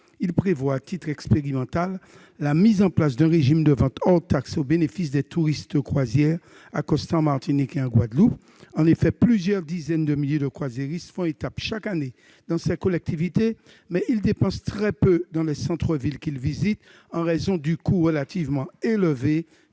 en oeuvre, à titre expérimental, un régime de vente hors taxes au bénéfice des touristes de croisière accostant en Martinique ou en Guadeloupe. Plusieurs dizaines de milliers de croisiéristes font étape chaque année dans ces collectivités, mais ils dépensent très peu dans les centres-villes qu'ils visitent, en raison du coût relativement élevé